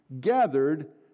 gathered